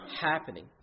happening